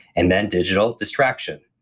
and then digital distraction.